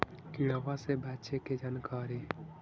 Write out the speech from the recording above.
किड़बा से बचे के जानकारी?